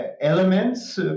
elements